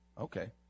okay